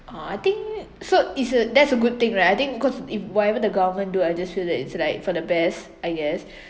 uh I think so it's uh that's a good thing right I think cause if whatever the government do I just feel that it's like for the best I guess